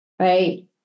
right